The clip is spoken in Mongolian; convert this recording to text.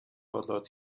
болоод